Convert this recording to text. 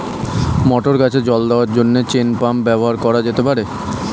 মটর গাছে জল দেওয়ার জন্য চেইন পাম্প ব্যবহার করা যেতে পার?